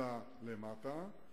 אלא למטה.